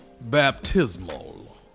baptismal